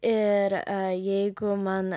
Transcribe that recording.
ir jeigu man